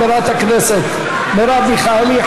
אני מוסיף את קולן של חברת הכנסת מרב מיכאלי,